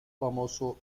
famoso